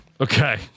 Okay